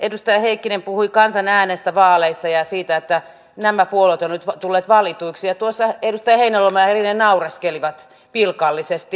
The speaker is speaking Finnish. edustaja heikkinen puhui kansan äänestä vaaleissa ja siitä että nämä puolueet ovat nyt tulleet valituiksi ja tuossa edustajat heinäluoma ja rinne naureskelivat pilkallisesti